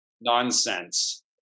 nonsense